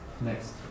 Next